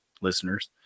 listeners